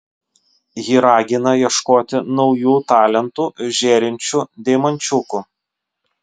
ji ragina ieškoti naujų talentų žėrinčių deimančiukų